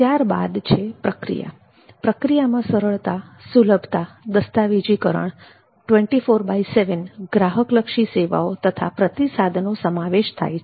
ત્યારબાદ છે પ્રક્રિયા પ્રક્રિયામાં સરળ સુલભતા દસ્તાવેજીકરણ 247 ગ્રાહકલક્ષી સેવાઓ તથા પ્રતિસાદનો સમાવેશ થાય છે